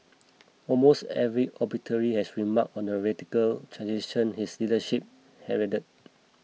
almost every obituary has remarked on the radical transition his leadership heralded